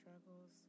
struggles